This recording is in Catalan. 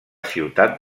ciutat